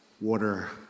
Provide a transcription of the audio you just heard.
water